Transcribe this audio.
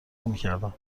میکردم